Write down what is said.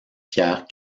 pierre